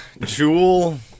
Jewel